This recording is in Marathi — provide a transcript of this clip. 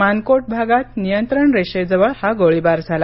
मानकोट भागात नियंत्रण रेषेजवळ हा गोळीबार झाला